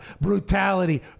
brutality